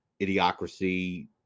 idiocracy